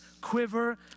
quiver